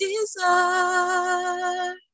desire